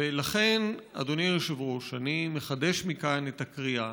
ולכן, אדוני היושב-ראש, אני מחדש מכאן את הקריאה